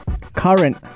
current